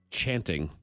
chanting